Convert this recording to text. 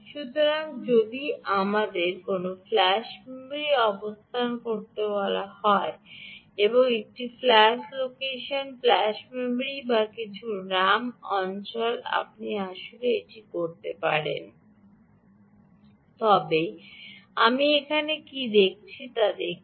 সুতরাং যদি আমাদের কোনও ফ্ল্যাশ মেমরি অবস্থান বলতে বলা হয় হয় একটি ফ্ল্যাশ লোকেশন ফ্ল্যাশ মেমরি বা কিছু ram অঞ্চল আপনি আসলে এটি করতে পারেন তবে আমি এখানে কী দেখছি তা দেখুন